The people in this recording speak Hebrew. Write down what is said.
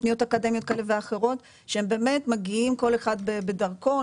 תוכניות אקדמיות כאלה ואחרות שהם באמת מגיעים כל אחד בדרכו,